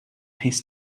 his